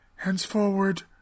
Henceforward